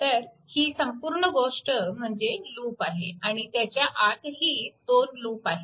तर ही संपूर्ण गोष्ट म्हणजे लूप आहे आणि त्याच्या आतही दोन लूप आहेत